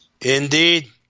Indeed